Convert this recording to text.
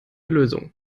lösung